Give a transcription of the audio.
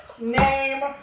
name